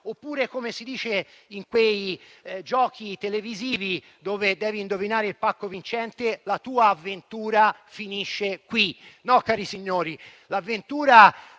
oppure, come si dice in quei giochi televisivi dove devi indovinare il pacco vincente, la tua avventura finisce qui. No, cari signori, l'avventura